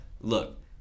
Look